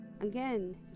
Again